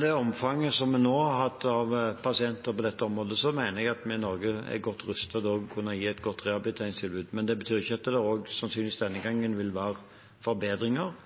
det omfanget som vi nå har hatt av pasienter på dette området, mener jeg at vi i Norge er godt rustet til å kunne gi et godt rehabiliteringstilbud. Men det betyr ikke at det ikke også denne gangen sannsynligvis vil være